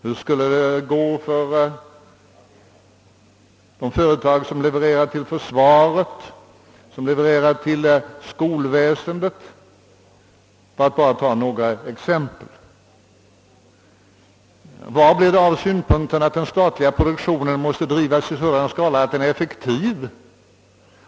Hur skulle det gå för de företag som levererar produkter till försvaret eller till skolväsendet för att bara ta ett par exempel? Vad blir det av den synpunkten att den statliga produktionen måste drivas i en sådan skala att den blir effektiv?